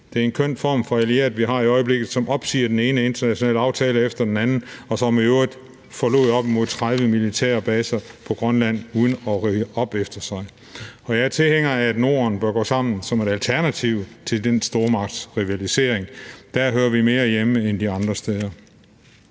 Det er en køn form for allieret, vi har i øjeblikket, som opsiger den ene internationale aftale efter den anden, og som i øvrigt forlod op imod 30 militærbaser på Grønland uden at rydde op efter sig. Jeg er tilhænger af et Norden, der går sammen, som et alternativ til den stormagtsrivalisering. Der hører vi mere hjemme end de andre steder.